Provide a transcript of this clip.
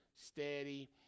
steady